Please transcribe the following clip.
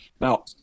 Now